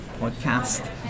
Podcast